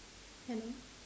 hello